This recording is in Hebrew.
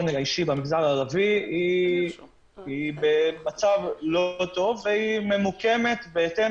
האישי במגזר הערבי היא במצב לא טוב וממוקמת בהתאם